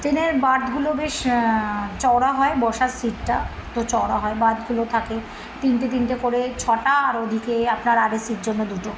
ট্রেনের বার্থগুলো বেশ চওড়া হয় বসার সিটটা তো চওড়া হয় বার্থগুলো থাকে তিনটে তিনটে করে ছটা আর ওদিকে আপনার আরএসির জন্য দুটো